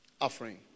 offering